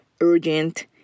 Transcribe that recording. urgent